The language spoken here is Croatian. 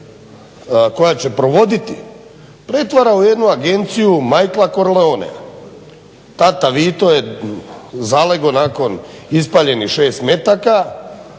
koja će provoditi pretvara u jednu agenciju Michaela Corleonea. Tata Vito je zalegao nakon ispaljenih šest metaka